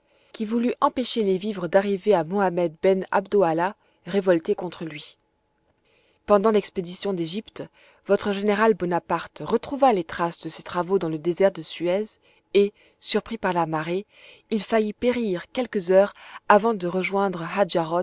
qui voulut empêcher les vivres d'arriver à mohammed ben abdoallah révolté contre lui pendant l'expédition d'égypte votre général bonaparte retrouva les traces de ces travaux dans le désert de suez et surpris par la marée il faillit périr quelques heures avant de rejoindre